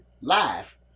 live